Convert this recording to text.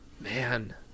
man